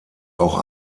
auch